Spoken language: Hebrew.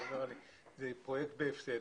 הוא אומר שזה פרויקט בהפסד.